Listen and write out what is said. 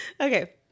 Okay